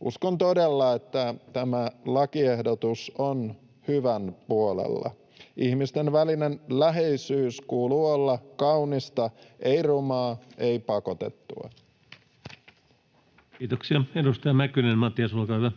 Uskon todella, että tämä lakiehdotus on hyvän puolella. Ihmisten välisen läheisyyden kuuluu olla kaunista — ei rumaa, ei pakotettua. Kiitoksia. — Edustaja Mäkynen, Matias, olkaa hyvä.